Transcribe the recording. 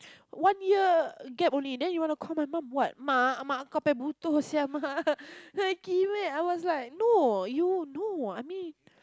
one year gap only then you want to call my mom what Ma I was like no you no I mean